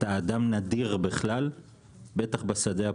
אתה אדם נדיר בכלל ובטח בשדה הפוליטי.